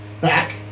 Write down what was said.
Back